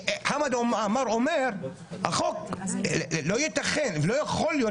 כי חמד עמאר אומר: לא ייתכן ולא יכול להיות